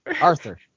Arthur